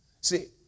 See